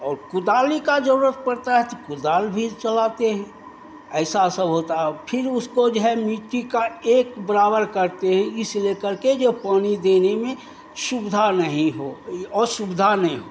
और कुदाली का जरूरत पड़ता है तो कुदाल भी चलाते हैं ऐसा सब होता फिर उसको जो है मिट्टी का एक बराबर करते हैं इस ले करके जो पानी देने में सुविधा नहीं हो असुविधा नहीं हो